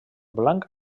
blanc